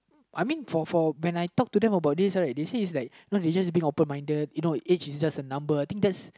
I mean for for when I talk to them about this right they say it's like no they're just being open minded you know age I just a number I think just